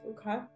Okay